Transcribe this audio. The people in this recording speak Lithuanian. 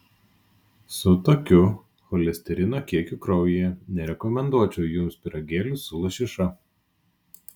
su tokiu cholesterino kiekiu kraujyje nerekomenduočiau jums pyragėlių su lašiša